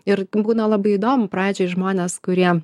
ir būna labai įdomu pradžiai žmonės kurie